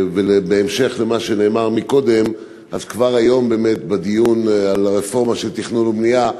בהמשך למה שכבר נאמר קודם היום בדיון על הרפורמה בתכנון ובנייה,